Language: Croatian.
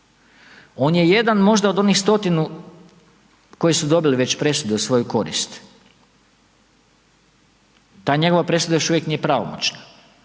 on je jedan možda od onih 100-tinu koji su dobili već presudu u svoju korist. Ta njegova presuda još uvijek nije pravomoćna